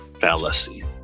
fallacy